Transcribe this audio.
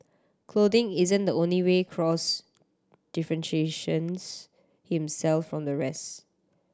clothing isn't the only way Cross differentiates himself from the rest